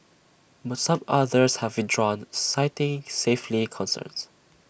but some others have withdrawn citing safely concerns